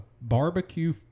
barbecue